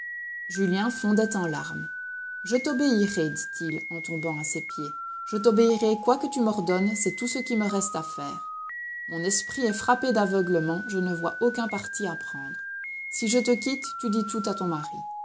julien fondait en larmes je t'obéirai dit-il en tombant à ses pieds je t'obéirai quoi que tu m'ordonnes c'est tout ce qui me reste à faire mon esprit est frappé d'aveuglement je ne vois aucun parti à prendre si je te quitte tu dis tout à ton mari